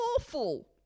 awful